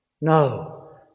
no